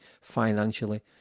financially